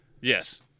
Yes